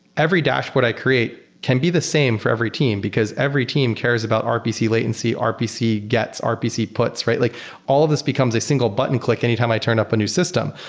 every dashboard i create can be the same for every team because every team cares about rpc latency, rpc gets, rpc puts, right? like all this becomes a single button click anytime i turn up a new system.